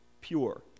pure